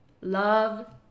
love